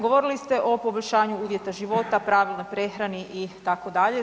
Govorili ste o poboljšanju uvjeta života, pravilnoj prehrani itd.